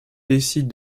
décide